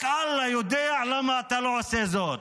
רק אללה יודע למה אתה לא עושה זאת.